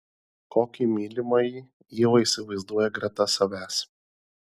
kokį mylimąjį ieva įsivaizduoja greta savęs